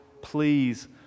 please